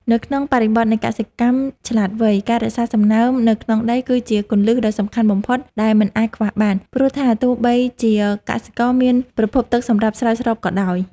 នៅក្នុងបរិបទនៃកសិកម្មឆ្លាតវៃ ការរក្សាសំណើមនៅក្នុងដីគឺជាគន្លឹះដ៏សំខាន់បំផុតដែលមិនអាចខ្វះបាន ព្រោះថាទោះបីជាកសិករមានប្រភពទឹកសម្រាប់ស្រោចស្រពក៏ដោយ។